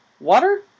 water